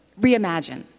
reimagine